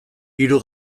hiru